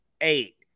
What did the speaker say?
eight